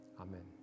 Amen